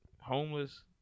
homeless